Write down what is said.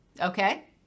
okay